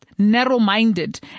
narrow-minded